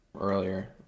earlier